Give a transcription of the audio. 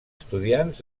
estudiants